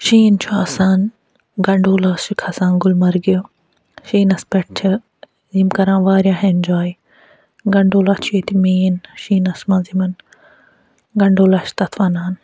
شیٖن چھُ آسان گَنٛڈولاہَس چھِ کھسان گُلمرگہِ شیٖنَس پٮ۪ٹھ چھِ یِم کران واریاہ اٮ۪نجاے گَنٛڈولا چھِ ییٚتہِ مین شیٖنَس منٛز یِمَن گَنٛڈولا چھِ تَتھ وَنان